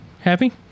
Happy